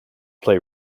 play